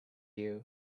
you